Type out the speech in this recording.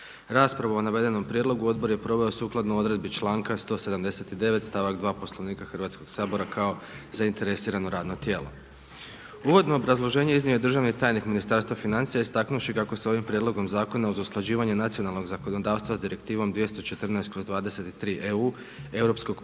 Raspravu o navedenom prijedlogu odbor je proveo sukladno odredbi članka 179. stavak 2. Poslovnika Hrvatskog sabora kao zainteresirano radno tijelo. U uvodnom obrazloženju iznio je državni tajnik Ministarstva financija istaknuvši kako se ovim prijedlogom zakona uz usklađivanje nacionalnog zakonodavstva s direktivom 214/23/EU